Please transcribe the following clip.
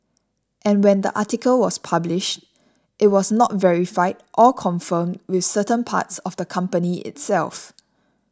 and when the article was published it was not verified or confirmed with certain parts of the company itself